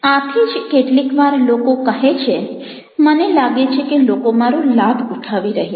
આથી જ કેટલીક વાર લોકો કહે છે મને લાગે છે કે લોકો મારો લાભ ઉઠાવી રહ્યા છે